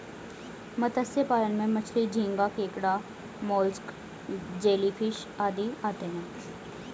मत्स्य पालन में मछली, झींगा, केकड़ा, मोलस्क, जेलीफिश आदि आते हैं